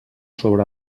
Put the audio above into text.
sobre